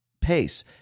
pace